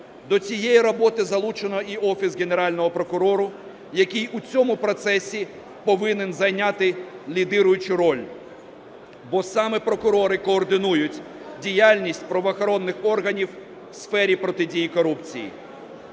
До цієї роботи залучено і Офіс Генерального прокурора, який у цьому процесі повинен зайняти лідируючу роль, бо саме прокурори координують діяльність правоохоронних органів у сфері протидії корупції.